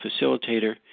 facilitator